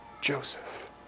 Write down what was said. Joseph